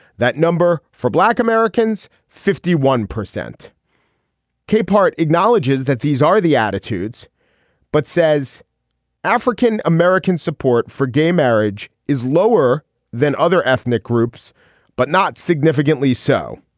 that number for black americans fifty one percent capehart acknowledges that these are the attitudes but says african americans support for gay marriage is lower than other ethnic groups but not significantly significantly so.